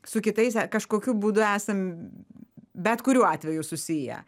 su kitais kažkokiu būdu esam bet kuriuo atveju susiję